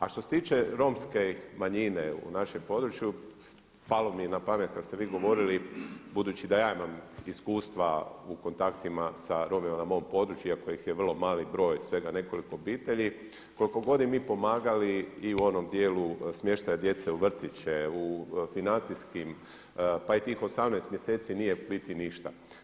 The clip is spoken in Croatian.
A što se tiče Romske manjine u našem području, palo mi je na pamet kad ste vi govorili budući da ja imam iskustva u kontaktima sa Romima na mom području, iako ih je vrlo mali broj svega nekoliko obitelji, koliko god im mi pomagali i u onom djelu smještaja djece u vrtiće, u financijskim pa i tih 18 mjeseci nije u biti ništa.